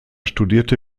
studierte